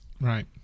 Right